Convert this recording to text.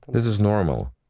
this is normal.